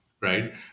right